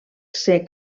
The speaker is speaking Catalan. ser